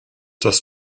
das